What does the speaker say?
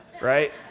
right